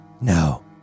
no